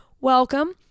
welcome